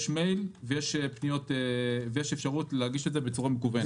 יש מייל ויש אפשרות להגיש פניות בצורה מקוונת.